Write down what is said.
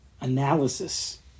analysis